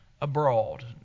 abroad